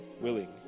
willing